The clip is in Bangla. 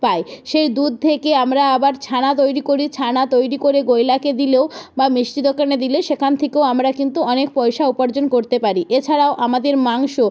পাই সেই দুধ থেকে আমরা আবার ছানা তৈরি করি ছানা তৈরি করে গয়লাকে দিলেও বা মিষ্টি দোকানে দিলে সেখান থেকেও আমরা কিন্তু অনেক পয়সা উপার্জন করতে পারি এছাড়াও আমাদের মাংস